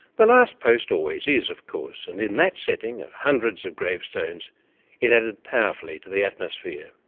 the last post always is, of course, and in that setting of hundreds of gravestones it added powerfully to the atmosphere.